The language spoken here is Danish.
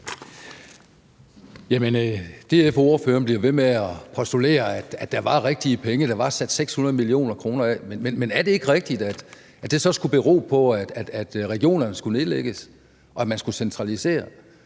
DF og ordføreren bliver ved med at postulere, at der var rigtige penge sat af, altså at der var sat 600 mio. kr. af. Men er det ikke rigtigt, at det så skulle bero på, at regionerne skulle nedlægges, og at man skulle centralisere?